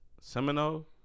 Seminole